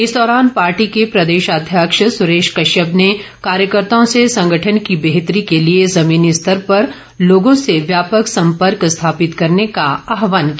इस दौरान पार्टी के प्रदेशाध्यक्ष सुरेश कश्यप ने कार्यकर्ताओ से संगठन की बेहतरी के लिए जमीनी स्तर पर लोगों से व्यापक सम्पर्क स्थापित करने का आहवान किया